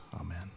Amen